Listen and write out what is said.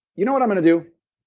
you know what i'm going to do?